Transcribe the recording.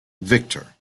victor